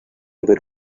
haber